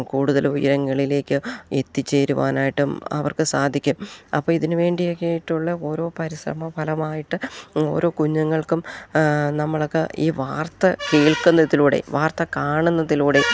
കൂടുതലും ഉയരങ്ങളിലേക്ക് എത്തിച്ചേരുവാനായിട്ടും അവർക്ക് സാധിക്കും അപ്പം ഇതിന് വേണ്ടിയൊക്കെയായിട്ടുള്ള ഓരോ പരിശ്രമ ഫലമായിട്ട് ഓരോ കുഞ്ഞുങ്ങൾക്കും നമ്മളൊക്കെ ഈ വാർത്ത കേൾക്കുന്നതിലൂടെ വാർത്ത കാണുന്നതിലൂടെ